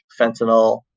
fentanyl